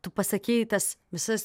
tu pasakei tas visas